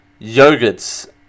yogurts